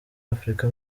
afurika